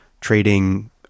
trading